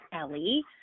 Ellie